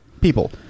people